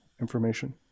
information